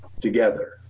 together